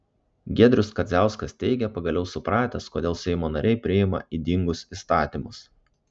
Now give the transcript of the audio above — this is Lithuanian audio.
giedrius kadziauskas teigia pagaliau supratęs kodėl seimo nariai priima ydingus įstatymus